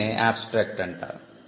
దీన్నే abstract అంటారు